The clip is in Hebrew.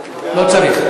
לא צריך,